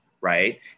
right